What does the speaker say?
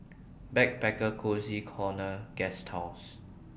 Backpacker Cozy Corner Guesthouse